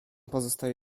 pozostaje